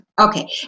Okay